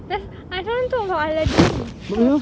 uh I don't want to talk about aladdin oh